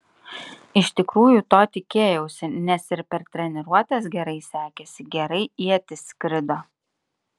iš tikrųjų to tikėjausi nes ir per treniruotes gerai sekėsi gerai ietis skrido